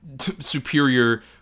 superior